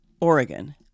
Oregon